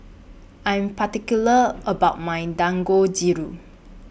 I'm particular about My Dangojiru